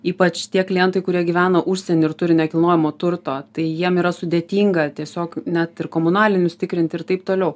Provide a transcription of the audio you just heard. ypač tie klientai kurie gyvena užsieny ir turi nekilnojamo turto tai jiem yra sudėtinga tiesiog net ir komunalinius tikrint ir taip toliau